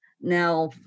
now